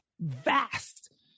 vast